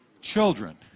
Children